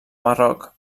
marroc